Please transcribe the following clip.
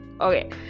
Okay